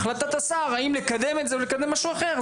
החלטת השר היא האם לקדם את זה או לקדם משהו אחר,